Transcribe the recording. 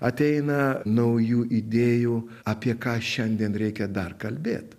ateina naujų idėjų apie ką šiandien reikia dar kalbėt